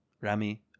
Rami